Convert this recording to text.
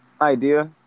Idea